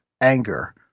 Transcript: anger